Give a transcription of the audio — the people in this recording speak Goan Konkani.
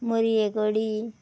मोरये कडी